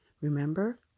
Remember